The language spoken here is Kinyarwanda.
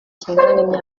kingana